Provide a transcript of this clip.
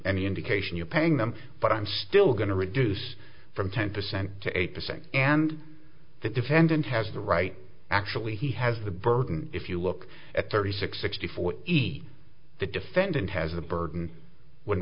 any indication you're paying them but i'm still going to reduce from ten percent to eight percent and the defendant has the right actually he has the burden if you look at thirty six sixty four iii the defendant has the burden when